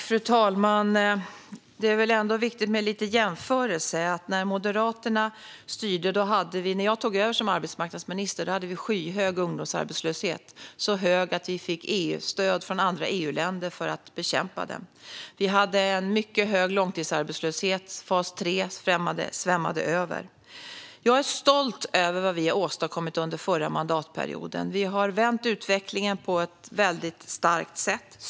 Fru talman! Det är ändå viktigt med lite jämförelse. När jag tog över som arbetsmarknadsminister efter att Moderaterna hade styrt hade vi skyhög ungdomsarbetslöshet. Den var så hög att vi fick stöd från andra EU-länder för att bekämpa den. Vi hade en mycket hög långtidsarbetslöshet. Fas 3 svämmade över. Jag är stolt över vad vi åstadkom under förra mandatperioden. Vi vände utvecklingen på ett väldigt starkt sätt.